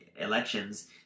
elections